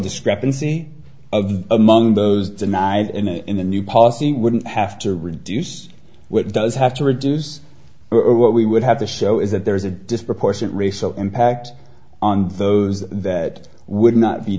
discrepancy of among those denied in a in a new policy wouldn't have to reduce what does have to reduce what we would have to show is that there is a disproportionate race so impact on those that would not be